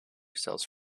sells